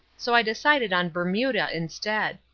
so i decided on bermuda instead.